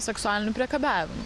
seksualiniu priekabiavimu